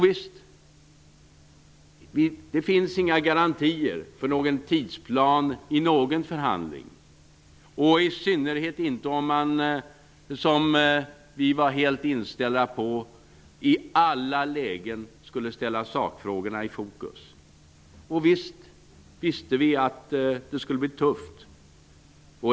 Visst är det så, att det inte finns några garantier i någon förhandling, i synnerhet inte om man i alla lägen skulle ställa sakfrågorna i fokus, vilket vi var helt inställda på. Visst visste vi att det skulle bli tufft.